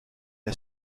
l’a